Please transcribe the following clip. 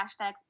hashtags